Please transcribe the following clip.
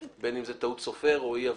בין אם זו טעות סופר או אי הבנה.